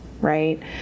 right